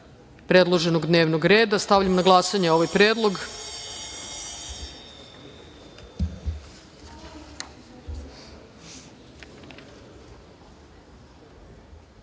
predloženog dnevnog reda).Stavljam na glasanje ovaj